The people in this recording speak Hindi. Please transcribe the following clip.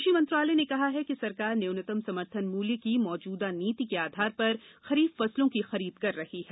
कृषि मंत्रालय ने कहा है कि सरकार न्यूनतम समर्थन मूल्य की मौजूदा नीति के आधार पर खरीफ फसलों की खरीद कर रही है